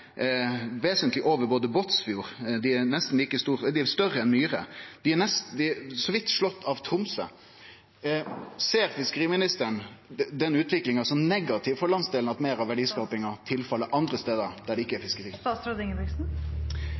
vesentleg over Båtsfjord, dei er større enn Myre og så vidt slått av Tromsø. Ser fiskeriministeren at den utviklinga er negativ for landsdelen – at mykje av verdiskapinga går til andre stader enn der det er